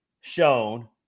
shown